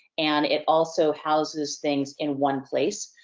and it also houses things in one place,